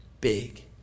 Big